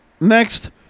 next